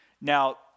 Now